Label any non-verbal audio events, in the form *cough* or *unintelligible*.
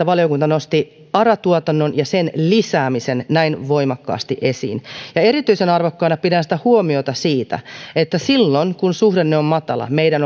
*unintelligible* valiokunta nosti ara tuotannon ja sen lisäämisen näin voimakkaasti esiin ja erityisen arvokkaana pidän huomiota siitä että silloin kun suhdanne on matala meidän *unintelligible*